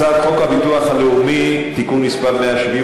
הצעת חוק הביטוח הלאומי (תיקון מס' 170)